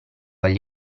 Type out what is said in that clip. agli